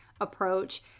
approach